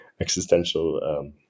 existential